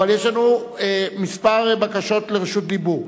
אבל יש לנו כמה בקשות לרשות דיבור.